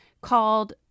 called